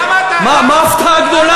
אז למה אתה, מה, מה ההפתעה הגדולה?